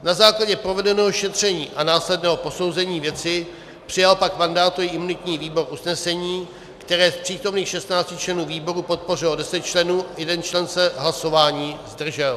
Na základě provedeného šetření a následného posouzení věci přijal pak mandátový a imunitní výbor usnesení, které z přítomných 16 členů výboru podpořilo 10 členů, jeden člen se hlasování zdržel.